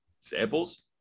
samples